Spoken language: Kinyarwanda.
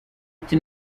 ati